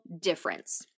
difference